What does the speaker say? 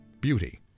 beauty